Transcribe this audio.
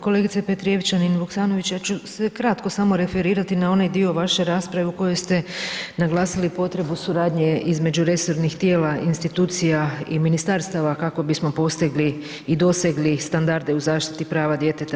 Kolegice Petrijevčanin Vuksanović, ja ću se kratko samo referirati na onaj dio vaše rasprave u kojoj ste naglasili potrebu suradnje između resornih tijela i institucija i ministarstava, kako bismo postigli i dosegli standarde u zaštiti prava djeteta.